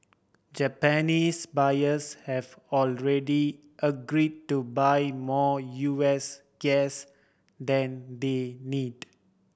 Japanese buyers have already agree to buy more U S gas than they need